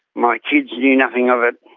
my kids knew nothing of it.